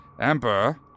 Emperor